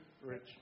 Rich